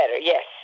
Yes